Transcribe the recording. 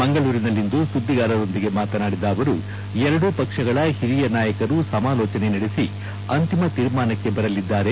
ಮಂಗಳೂರಿನಲಿಂದು ಸುದ್ದಿಗಾರರೊಂದಿಗೆ ಮಾತನಾಡಿದ ಅವರು ಎರಡೂ ಪಕ್ಷಗಳ ಓಹಿರಿಯ ನಾಯಕರು ಸಮಾಲೋಚನೆ ಮಾಡಿ ಅಂತಿಮ ತೀರ್ಮಾನಕ್ಕೆ ಬರಲಿದ್ದಾರೆ